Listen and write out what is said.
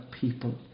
people